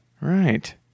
Right